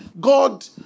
God